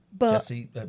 Jesse